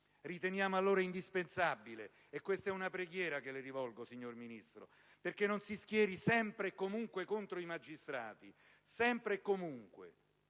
Riteniamo allora indispensabile, e questa è una preghiera che le rivolgo, signor Ministro, che non si schieri sempre e comunque contro i magistrati, sempre e comunque,